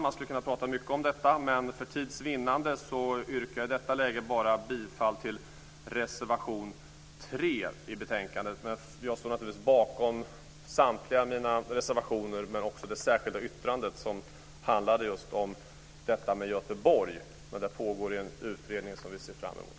Jag skulle kunna prata mycket om detta, men för tids vinnande yrkar jag i detta läge bifall bara till reservation nr 3 i betänkandet. Jag står naturligtvis bakom samtliga mina reservationer och det särskilda yttrandet som handlar om Göteborg. Där pågår en utredning som vi ser fram emot.